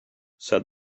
said